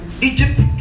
Egypt